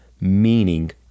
meaning